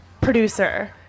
producer